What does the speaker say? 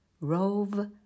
rove